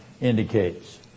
indicates